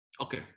okay